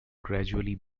gradually